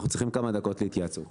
אנחנו צריכים כמה דקות להתייעצות.